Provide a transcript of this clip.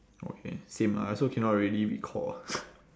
okay same I also cannot really recall